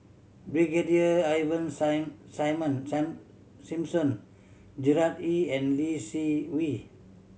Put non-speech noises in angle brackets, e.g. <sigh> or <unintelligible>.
Brigadier Ivan <unintelligible> Simson Gerard Ee and Lee Seng Wee